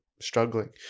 struggling